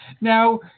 Now